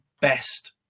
best